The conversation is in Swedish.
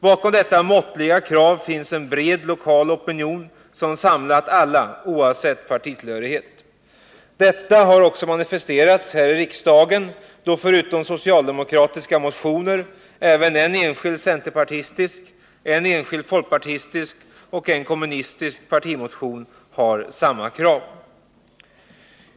Bakom detta måttliga krav finns en bred lokal opinion som samlat alla, oavsett partitillhörighet. Denna opinion har manifesterats här i riksdagen genom att samma krav framförts, förutom i socialdemokratiska motioner, även i en enskild centerpartistisk motion, i en enskild folkpartistisk motion och i en kommunistisk partimotion.